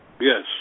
Yes